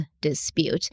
dispute